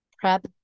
prep